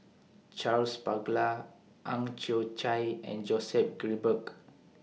Charles Paglar Ang Chwee Chai and Joseph Grimberg